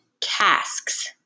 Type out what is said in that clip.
casks